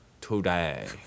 today